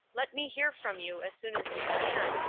let me hear from you as soon as you can,